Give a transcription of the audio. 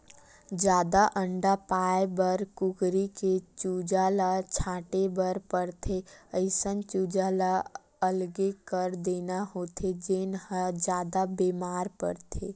जादा अंडा पाए बर कुकरी के चूजा ल छांटे बर परथे, अइसन चूजा ल अलगे कर देना होथे जेन ह जादा बेमार परथे